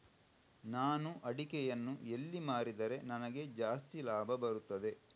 ನಾನು ಅಡಿಕೆಯನ್ನು ಎಲ್ಲಿ ಮಾರಿದರೆ ನನಗೆ ಜಾಸ್ತಿ ಲಾಭ ಬರುತ್ತದೆ?